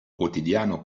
quotidiano